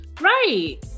Right